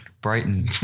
Brighton